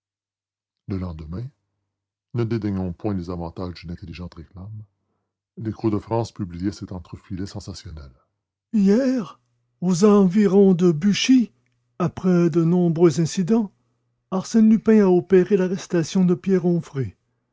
le lendemain ne dédaignons point les avantages d'une intelligente réclame lécho de france publiait cet entrefilet sensationnel hier aux environs de buchy après de nombreux incidents arsène lupin a opéré l'arrestation de